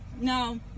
No